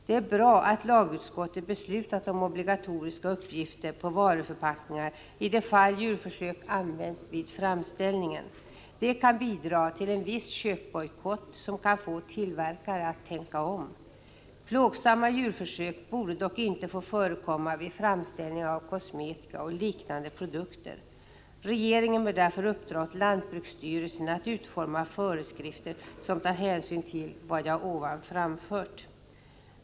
Det är bra att lagutskottet beslutat om obligatoriska uppgifter på varuförpackningar i de fall då djurförsök använts vid framställningen. Det kan bidra till en viss köpbojkott, som kan få tillverkare att tänka om. Plågsamma djurförsök borde dock inte få förekomma vid framställning av kosmetika och liknande produkter. Regeringen bör därför uppdra åt lantbruksstyrelsen att utforma föreskrifter som tar hänsyn till vad jag här anfört.